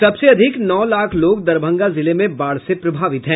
सबसे अधिक नौ लाख लोग दरभंगा जिले में बाढ़ से प्रभावित हैं